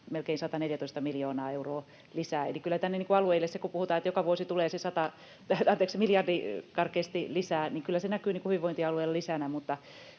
melkein 114 miljoonaa euroa lisää, eli sitten kun puhutaan, että joka vuosi tulee karkeasti miljardi lisää, niin kyllä se näkyy hyvinvointialueilla lisänä.